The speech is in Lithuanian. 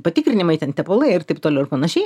patikrinimai ten tepalai ir taip toliau ir panašiai